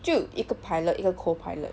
就一个 pilot 一个 co pilot